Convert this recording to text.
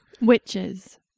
Witches